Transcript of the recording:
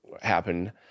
happen